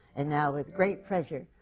and now, with great pleasure,